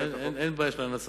אין בעיה של הלנת שכר,